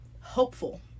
hopeful